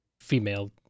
female